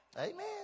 Amen